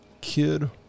Kid